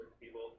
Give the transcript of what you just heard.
people